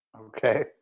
Okay